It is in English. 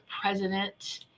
president